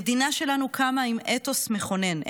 המדינה שלנו קמה עם אתוס מכונן,